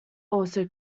also